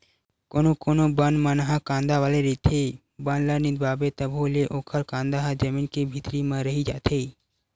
कोनो कोनो बन मन ह कांदा वाला रहिथे, बन ल निंदवाबे तभो ले ओखर कांदा ह जमीन के भीतरी म रहि जाथे